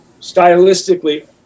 stylistically